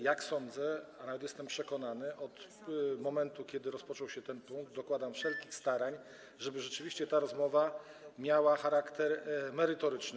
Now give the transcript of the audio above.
Jak sądzę, a nawet jestem o tym przekonany, od momentu, kiedy rozpoczął się ten punkt, dokładam wszelkich starań, żeby rzeczywiście ta rozmowa miała charakter merytoryczny.